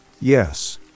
Yes